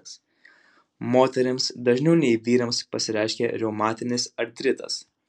moterims dažniau nei vyrams pasireiškia reumatinis artritas